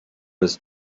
was